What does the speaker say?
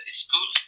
school